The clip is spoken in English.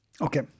Okay